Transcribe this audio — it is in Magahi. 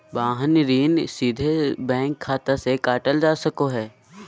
वाहन ऋण सीधे बैंक खाता से काटल जा सको हय